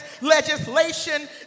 legislation